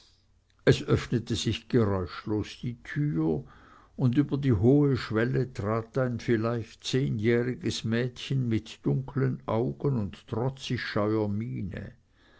es öffnete sich geräuschlos die tür und über die hohe schwelle trat ein vielleicht zehnjähriges mädchen mit dunkeln augen und trotzig scheuer miene